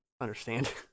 understand